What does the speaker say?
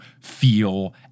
feel